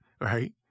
right